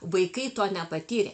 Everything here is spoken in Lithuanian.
vaikai to nepatyrė